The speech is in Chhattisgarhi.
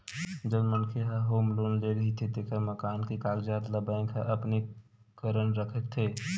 जउन मनखे ह होम लोन ले रहिथे तेखर मकान के कागजात ल बेंक ह अपने करन राखथे